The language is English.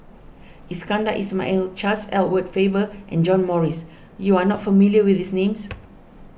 Iskandar Ismail Charles Edward Faber and John Morrice you are not familiar with these names